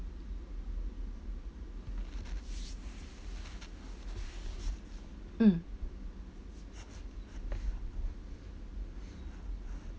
mm